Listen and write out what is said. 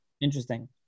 Interesting